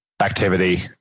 activity